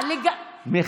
סליחה,